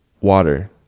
Water